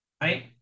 right